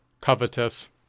covetous